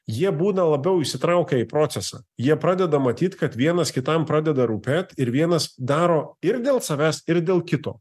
jie būna labiau įsitraukę į procesą jie pradeda matyt kad vienas kitam pradeda rūpėt ir vienas daro ir dėl savęs ir dėl kito